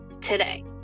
today